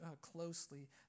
closely